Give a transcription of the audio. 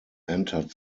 entered